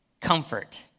comfort